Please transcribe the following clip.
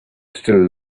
still